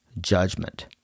Judgment